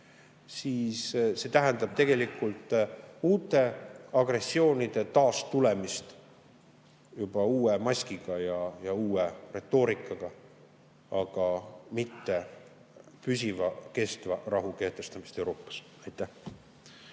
siis see tähendab tegelikult uute agressioonide taastulemist juba uue maskiga ja uue retoorikaga, aga mitte püsiva, kestva rahu kehtestamist Euroopas. Indrek